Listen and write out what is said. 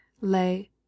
Lay